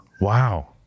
Wow